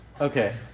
Okay